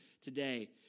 today